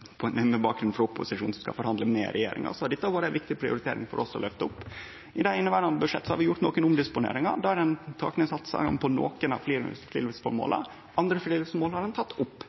med bakgrunn i at opposisjonen skal forhandle med regjeringa, har dette vore ei viktig prioritering for oss å løfte opp. I det inneverande budsjettet har vi gjort nokre omdisponeringar der ein har teke ned satsane for nokre friluftsformåla. Andre friluftsformål har ein teke opp.